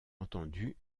entendu